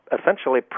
essentially